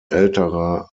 älterer